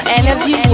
energy